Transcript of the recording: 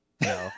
no